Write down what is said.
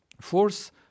force